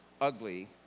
ugly